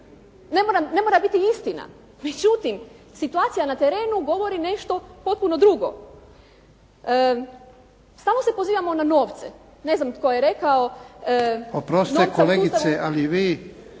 ne mora biti istina. Međutim, situacija na terenu govori nešto potpuno drugo. Stalno se pozivamo na novce. Ne znam tko je rekao. **Jarnjak, Ivan